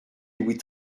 louis